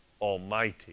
Almighty